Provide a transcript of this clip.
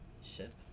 ship